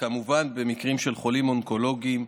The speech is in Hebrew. וכמובן במקרים של חולים אונקולוגיים,